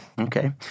Okay